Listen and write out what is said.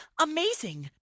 amazing